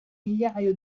migliaio